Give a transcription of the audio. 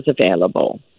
available